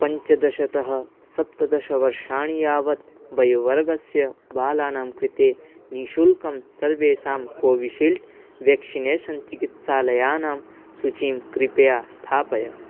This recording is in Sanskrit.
पञ्चदशतः सप्तदशवर्षाणि यावत् वयोवर्गस्य बालानां कृते निःशुल्कं सर्वेषां कोविशील्ड् व्याक्षिनेशन् चिकित्सालयानां सूचीं कृपया स्थापय